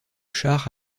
chars